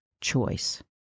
choice